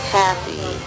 happy